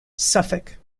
suffolk